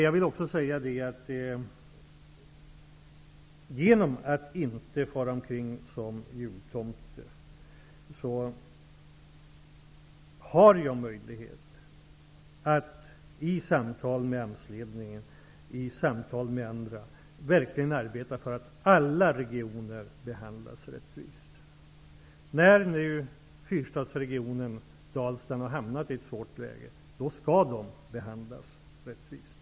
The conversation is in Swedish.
Genom att inte fara omkring som jultomte har jag möjlighet att i samtal med AMS-ledningen och i samtal med andra verkligen arbeta för att alla regioner behandlas rättvist. När nu Fyrstadsregionen, Dalsland, har hamnat i ett svårt läge, skall den behandlas rättvist.